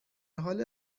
حال